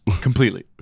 completely